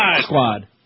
squad